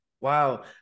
wow